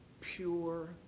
pure